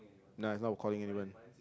nah is not calling anyone